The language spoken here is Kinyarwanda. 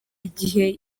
igihe